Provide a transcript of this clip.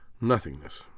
nothingness